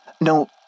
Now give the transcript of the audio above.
No